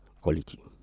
quality